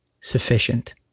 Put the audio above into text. sufficient